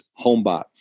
HomeBot